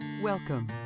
Welcome